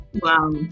wow